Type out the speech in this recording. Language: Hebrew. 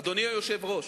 אדוני היושב-ראש,